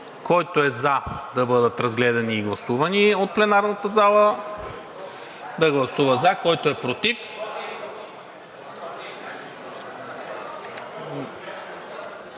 Който е за да бъдат разгледани и гласувани от пленарната зала, да гласува за, който е„против…